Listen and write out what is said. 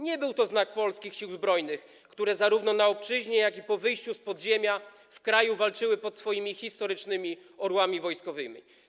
Nie był to znak Polskich Sił Zbrojnych, które zarówno na obczyźnie, jak i po wyjściu z podziemia w kraju walczyły pod swoimi historycznymi orłami wojskowymi.